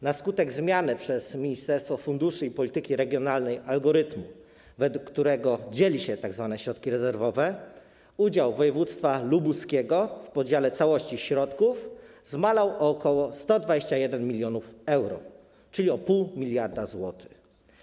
Na skutek zmiany przez Ministerstwo Funduszy i Polityki Regionalnej algorytmu, według którego dzieli się tzw. środki rezerwowe, udział województwa lubuskiego w podziale całości środków zmalał o ok. 121 mln euro, czyli o 0,5 mld zł.